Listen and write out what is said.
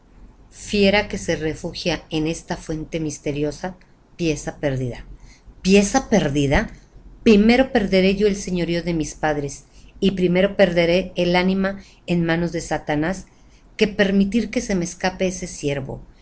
pieza que se refugia en esa fuente misteriosa pieza perdida pieza perdida primero perderé yo el señorío de mis padres y primero perderé el ánima en manos de satanás que permitir que se me escape ese ciervo